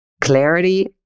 Clarity